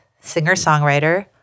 singer-songwriter